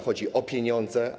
Chodzi o pieniądze.